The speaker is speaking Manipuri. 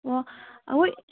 ꯑꯣ ꯑꯩꯈꯣꯏ